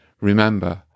remember